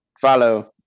follow